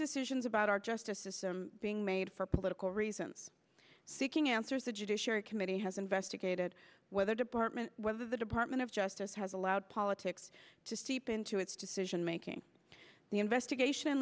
decisions about our justice system being made for political reasons seeking answers the judiciary committee has investigated whether department whether the department of justice has allowed politics to seep into its decision making the investigation